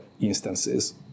instances